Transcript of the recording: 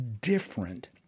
different